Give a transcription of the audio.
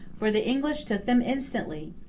for the english took them instantly!